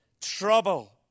trouble